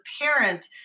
parent